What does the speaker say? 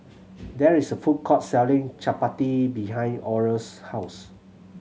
there is a food court selling chappati behind Oral's house